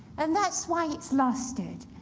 and that's why it's lasted,